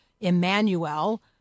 Emmanuel